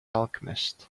alchemists